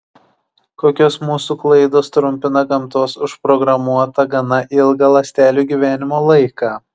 kokios mūsų klaidos trumpina gamtos užprogramuotą gana ilgą ląstelių gyvenimo laiką